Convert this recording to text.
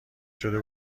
شده